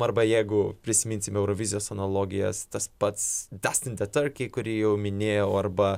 arba jeigu prisiminsim eurovizijos analogijas tas pats dustin the turkey kurį jau minėjau arba